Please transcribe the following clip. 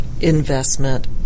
investment